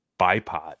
bipod